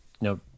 no